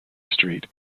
street